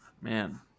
Man